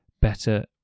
better